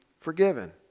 forgiven